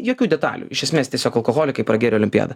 jokių detalių iš esmės tiesiog alkoholikai pragėrė olimpiadą